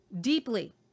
deeply